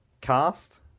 cast